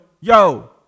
yo